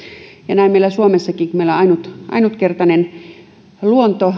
ja näin meillä suomessakin kun meillä on ainutkertainen luonto